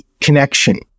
connection